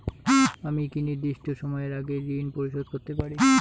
আমি কি নির্দিষ্ট সময়ের আগেই ঋন পরিশোধ করতে পারি?